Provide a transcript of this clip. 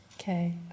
Okay